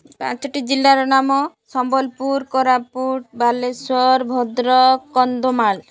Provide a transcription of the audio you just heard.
ପାଞ୍ଚଟି ଜିଲ୍ଲାର ନାମ ସମ୍ବଲପୁର କୋରାପୁଟ ବାଲେଶ୍ୱର ଭଦ୍ରକ କନ୍ଧମାଳ